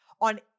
on